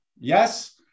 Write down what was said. Yes